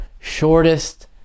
shortest